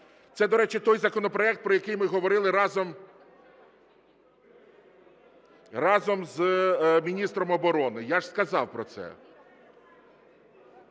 Це, до речі, той законопроект, про який ми говорили разом із міністром оборони, я ж сказав про це.